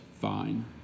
fine